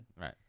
Right